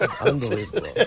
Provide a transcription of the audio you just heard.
Unbelievable